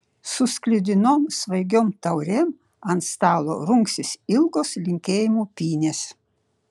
su sklidinom svaigiom taurėm ant stalo rungsis ilgos linkėjimų pynės